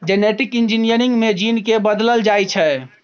genetic engineering मे gene केँ बदलल जाइ छै